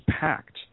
packed